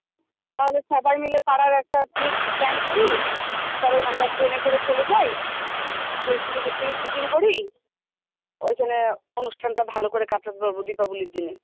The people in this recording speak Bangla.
তাহলে সবাই মিলে পাড়ার একটা ট্রিপ প্ল্যান করি চলেন আমরা ট্রেনে করে চলে যাই টিকিট বুকিং করি ওইখানে অনুষ্ঠানটা ভালো করে কাটাতে পারব দীপাবলির দিনে